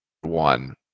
one